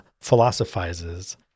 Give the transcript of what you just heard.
philosophizes